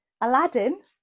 Aladdin